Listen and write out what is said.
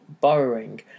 borrowing